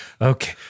Okay